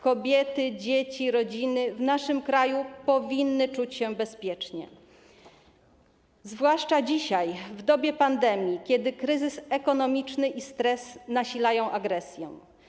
Kobiety, dzieci, rodziny w naszym kraju powinny czuć się bezpiecznie, zwłaszcza dzisiaj, w dobie pandemii, kiedy kryzys ekonomiczny i stres nasilają agresję.